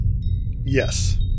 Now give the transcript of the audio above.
Yes